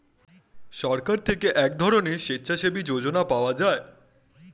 সরকার থেকে এক ধরনের স্বেচ্ছাসেবী যোজনা পাওয়া যায়